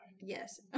Yes